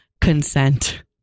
consent